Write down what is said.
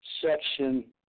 Section